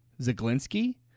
Zaglinski